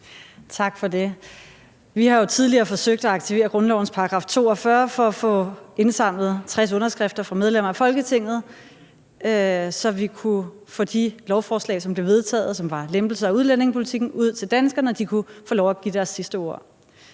Tak for det. Vi har jo tidligere forsøgt at aktivere grundlovens § 42 for at få indsamlet 60 underskrifter fra medlemmer af Folketinget, så vi kunne få de lovforslag, som blev vedtaget, og som var lempelser af udlændingepolitikken, ud til danskerne, så de kunne få lov til at få det sidste ord.